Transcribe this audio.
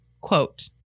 quote